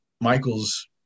Michael's